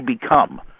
become